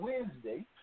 Wednesday